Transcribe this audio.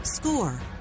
Score